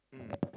mm